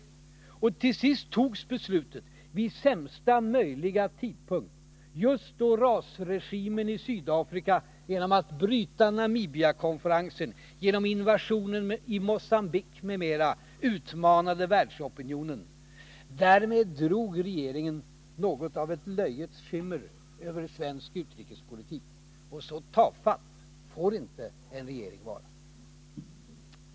När beslutet till sist togs var det vid sämsta möjliga tidpunkt, just då rasregimen i Sydafrika genom att bryta Namibiakonferensen, genom invasionen i Mogambique m.m. utmanade världsopinionen. Därmed drog regeringen något av ett löjets skimmer över svensk utrikespolitik. Så tafatt får en regering inte vara.